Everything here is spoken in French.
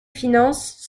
finances